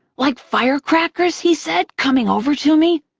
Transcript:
like firecrackers, he said, coming over to me.